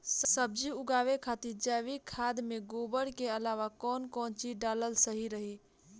सब्जी उगावे खातिर जैविक खाद मे गोबर के अलाव कौन कौन चीज़ डालल सही रही?